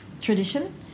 tradition